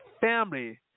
family